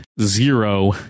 zero